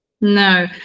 No